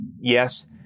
Yes